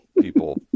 people